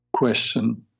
question